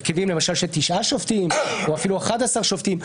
למשל של 9 שופטים או אפילו 11 שופטים,